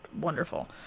wonderful